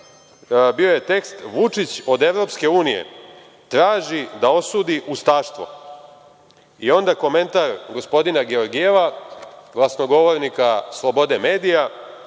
bio je tekst – Vučić od EU traži da osudi ustaštvo. I onda komentar gospodina Georgijeva, glasnogovornika slobode medija: